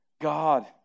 God